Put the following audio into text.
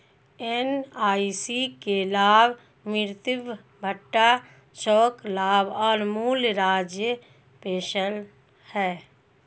NIC के लाभ मातृत्व भत्ता, शोक लाभ और मूल राज्य पेंशन हैं